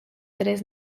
tres